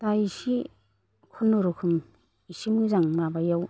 दा एसे खुनुरखम एसे मोजां माबायाव